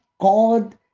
God